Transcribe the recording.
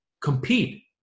Compete